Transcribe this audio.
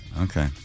Okay